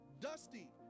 dusty